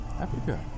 Africa